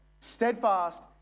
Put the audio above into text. steadfast